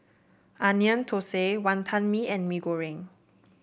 Onion Thosai Wantan Mee and Mee Goreng